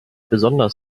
besonders